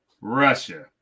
Russia